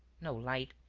no light.